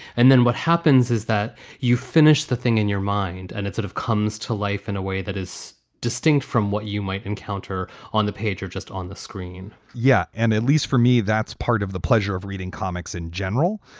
and then what happens is that you finish the thing in your mind and it sort of comes to life in a way that is distinct from what you might encounter on the page or just on the screen yeah. and at least for me, that's part of the pleasure of reading comics in general.